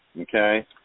okay